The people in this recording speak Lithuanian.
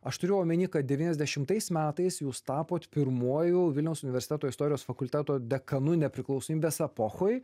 aš turiu omeny kad devyniasdešimtais metais jūs tapot pirmuoju vilniaus universiteto istorijos fakulteto dekanu nepriklausomybės epochoj